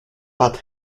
pat